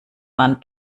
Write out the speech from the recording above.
man